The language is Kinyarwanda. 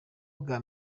bwa